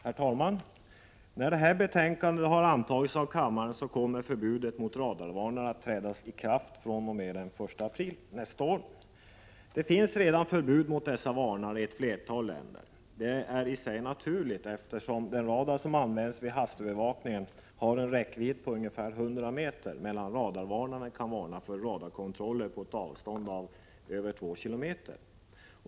Herr talman! När det här betänkandet har antagits av kammaren kommer förbudet mot radarvarnare att träda i kraft den 1 april nästa år. Det finns redan förbud mot dessa varnare i ett flertal länder. Det är i och för sig naturligt, eftersom den radar som används vid hastighetsövervakning har en räckvidd på ungefär 100 meter, medan radarvarnare kan varna för radarkontroll på ett avstånd av över två kilometer.